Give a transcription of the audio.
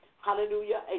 hallelujah